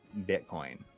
Bitcoin